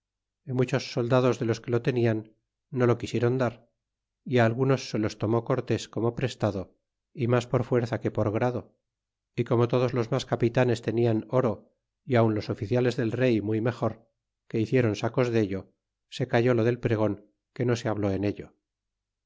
y muchos soldados de los que lo tenian no lo quisieron dar y a algunos se lo tomó cortes como prestado y mas por fuerza que por grado y como todos los mas capitanes tenian oro y aun los oficiales del rey muy mejor que hicieron sacos dello se calló lo del pregon que no se habló en ello